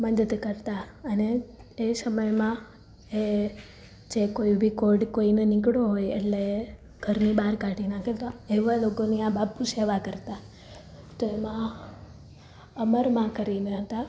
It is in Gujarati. મદદ કરતાં અને તે સમયમાં એ જે કોઈ બી કોઢ કોઈને નીકળ્યો હોય એટલે ઘરની બાર કાઢી મોકલતાં એવા લોકોની આ બાપુ સેવા કરતાં તેમા અમરમાં કરીને હતાં